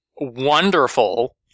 wonderful